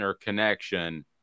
connection